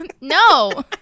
No